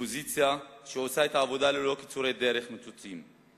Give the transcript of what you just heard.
אופוזיציה שעושה את העבודה ללא קיצורי דרך נוצצים.